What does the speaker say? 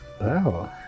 Wow